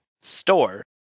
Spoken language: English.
Store